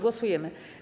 Głosujemy.